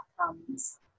outcomes